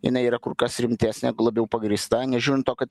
jinai yra kur kas rimtesnė labiau pagrįsta nežiūrint to kad